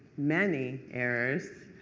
many errors,